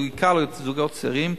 בעיקר לזוגות צעירים,